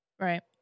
Right